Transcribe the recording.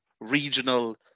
regional